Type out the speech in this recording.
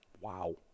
Wow